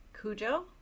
Cujo